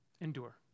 endure